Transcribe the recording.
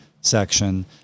section